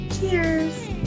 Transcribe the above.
Cheers